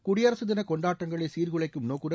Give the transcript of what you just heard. குடியரசு தின கொண்டாட்டங்களை சீர்குலைக்கும் நோக்குடன்